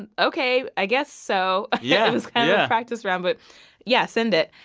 and ok, i guess so. yeah it was kind of a practice run, but yeah, send it.